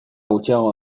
gutxiago